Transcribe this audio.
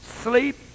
Sleep